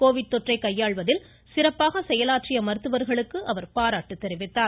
Covid தொற்றை கையாள்வதில் சிறப்பாக செயலாற்றிய மருத்துவர்களுக்கு அவர் பாராட்டு தெரிவித்தார்